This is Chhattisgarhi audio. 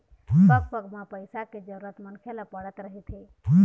पग पग म पइसा के जरुरत मनखे ल पड़त रहिथे